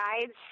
guides